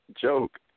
joke